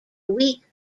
week